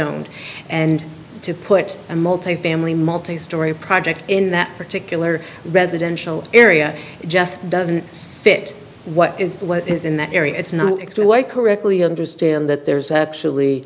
zoned and to put a multifamily multi story project in that particular residential area it just doesn't fit what is what is in that area it's not actually what i correctly understand that there's actually